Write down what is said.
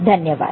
धन्यवाद